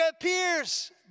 appears